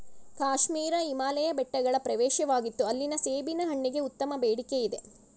ಕಾಶ್ಮೀರ ಹಿಮಾಲಯ ಬೆಟ್ಟಗಳ ಪ್ರವೇಶವಾಗಿತ್ತು ಅಲ್ಲಿನ ಸೇಬಿನ ಹಣ್ಣಿಗೆ ಉತ್ತಮ ಬೇಡಿಕೆಯಿದೆ